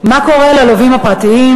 מה קורה ללווים הפרטיים?